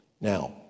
Now